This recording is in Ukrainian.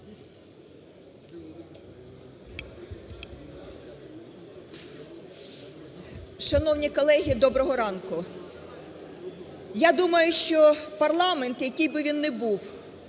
Шановні колеги, доброго ранку! Я думаю, що парламент, який би він не був,